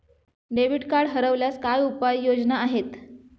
Debit card हरवल्यास काय उपाय योजना आहेत?